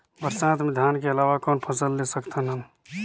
बरसात मे धान के अलावा कौन फसल ले सकत हन?